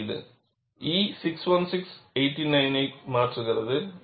இது E 616 89 ஐ மாற்றுகிறது